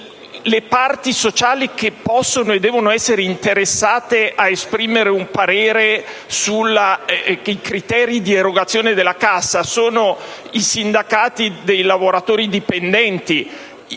le parti sociali che possono e devono essere interessate a esprimere un parere sui criteri di erogazione della cassa sono i sindacati dei lavoratori dipendenti.